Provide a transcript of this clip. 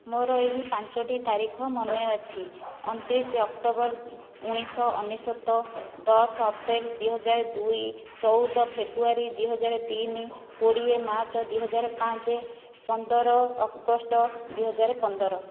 ମୋର ଏହି ପାଞ୍ଚଟି ତାରିଖ ମନେଅଛି ଅଣତିରିଶ ଅକ୍ଟୋବର ଉଣେଇଶିଶହ ଅନେଶ୍ୱତ ଦଶ ଅପ୍ରେଲ ଦୁଇହଜାର ଦୁଇ ଚଉଦ ଫେବ୍ରୁୟାରୀ ଦୁଇ ହଜାର ତିନ କୋଡ଼ିଏ ମାର୍ଚ୍ଚ ଦୁଇ ହଜାର ପାଞ୍ଚ ପନ୍ଦର ଅଗଷ୍ଟ ଦୁଇ ହଜାର ପନ୍ଦର